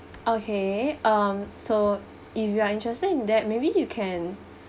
okay um so if you are interested in that maybe you can